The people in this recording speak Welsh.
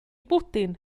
bwdin